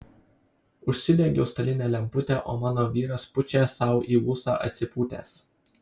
užsidegiau stalinę lemputę o mano vyras pučia sau į ūsą atsipūtęs